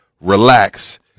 relax